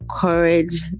Courage